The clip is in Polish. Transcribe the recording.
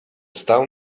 stał